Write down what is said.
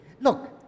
Look